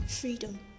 freedom